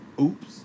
Oops